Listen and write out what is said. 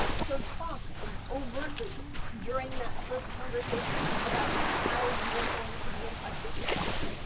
so talk um overtly during that first conversation about how you are going to be in touch with each other.